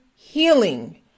healing